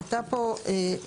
הייתה פה הערה